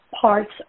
parts